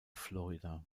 florida